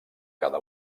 cada